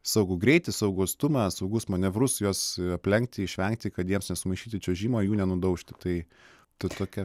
saugų greitį saugų atstumą saugius manevrus juos aplenkti išvengti kad jiems nesumaišyti čiuožimo jų nenudaužti tai tai tokia